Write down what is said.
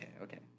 Okay